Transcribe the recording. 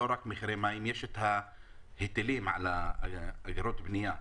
יש גם ההיטלים על עבירות בנייה.